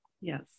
Yes